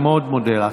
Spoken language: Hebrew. אני מאוד מודה לך.